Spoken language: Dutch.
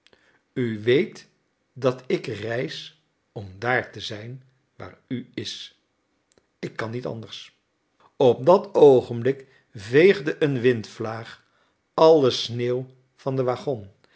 u weet dat ik reis om daar te zijn waar u is ik kan niet anders op dat oogenblik veegde een windvlaag alle sneeuw van den waggon